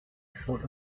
schuld